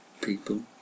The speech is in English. People